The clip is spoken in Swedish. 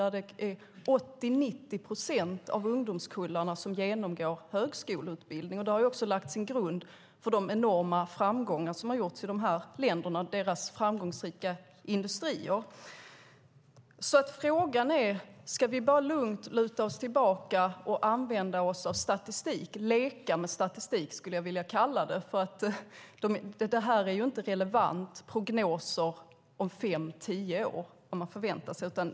Där är det 80-90 procent av ungdomskullarna som genomgår högskoleutbildning. Det har också lagt en grund för de enorma framgångar som har gjorts i de här länderna med deras framgångsrika industrier. Frågan är: Ska vi bara lugnt luta oss tillbaka och använda oss av statistik? Leka med statistik, skulle jag vilja kalla det. Prognoser om vad man förväntar sig om fem tio år är ju inte relevanta.